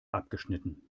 abgeschnitten